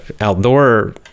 outdoor